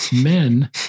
men